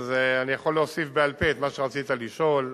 אז אני יכול להוסיף בעל-פה את מה שרצית לשאול.